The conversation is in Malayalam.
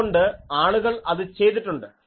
അതുകൊണ്ട് ആളുകൾ അത് ചെയ്തിട്ടുണ്ട്